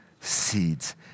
seeds